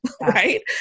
right